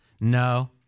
No